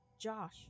Josh